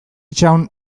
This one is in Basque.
itxaron